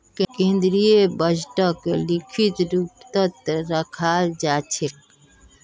केन्द्रीय बजटक लिखित रूपतत रखाल जा छेक